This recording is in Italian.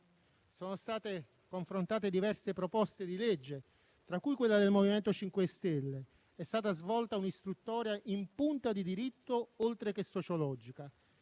Sono state confrontate diverse proposte di legge, tra cui quella del MoVimento 5 Stelle. È stata svolta un'istruttoria in punta di diritto, oltre che sociologica.